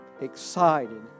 excited